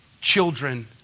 children